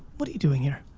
what are you doing here?